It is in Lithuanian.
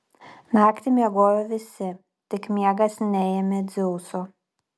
naktį miegojo visi tik miegas neėmė dzeuso